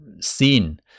seen